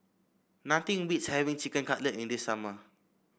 nothing beats having Chicken Cutlet in the summer